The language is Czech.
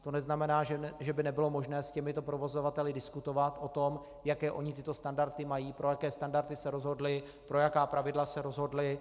To neznamená, že by nebylo možné s těmito provozovateli diskutovat o tom, jaké oni tyto standardy mají, pro jaké standardy se rozhodli, pro jaká pravidla se rozhodli.